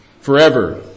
forever